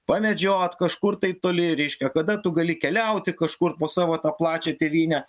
pamedžiot kažkur tai toli reiškia kada tu gali keliauti kažkur po savo tą plačią tėvynę